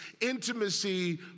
intimacy